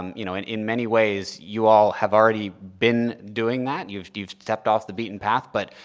um you know, in in many ways you all have already been doing that. you've you've stepped off the beaten path. but,